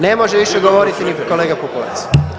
Ne može više govoriti ni kolega Pupovac.